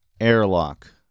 airlock